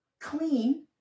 clean